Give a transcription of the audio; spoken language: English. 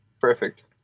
Perfect